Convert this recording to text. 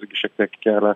irgi šiek tiek kelia